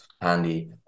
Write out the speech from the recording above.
handy